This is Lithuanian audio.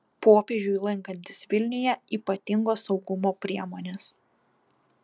popiežiui lankantis vilniuje ypatingos saugumo priemonės